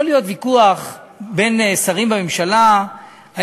יכול להיות ויכוח בין שרים בממשלה אם